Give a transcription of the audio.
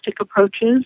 approaches